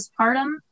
postpartum